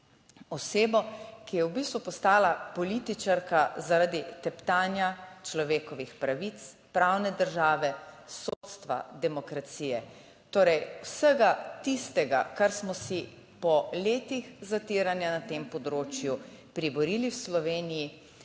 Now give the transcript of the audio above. osebo, ki je v bistvu postala političarka zaradi teptanja človekovih pravic, pravne države, sodstva, demokracije. Torej, vsega tistega, kar smo si po letih zatiranja na tem področju priborili v Sloveniji